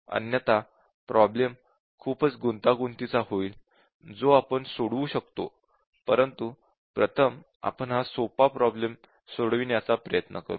अन्यथा प्रॉब्लेम खूपच गुंतागुंतीचा होईल जो आपण सोडवू शकतो परंतु प्रथम आपण हा सोपा प्रॉब्लेम सोडविण्याचा प्रयत्न करू